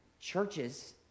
Churches